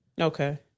Okay